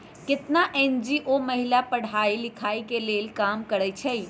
केतना एन.जी.ओ महिला के पढ़ाई लिखाई के लेल काम करअई छई